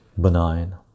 benign